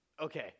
okay